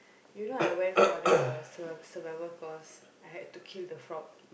you know I went for the survi~ survival course I had to kill the frog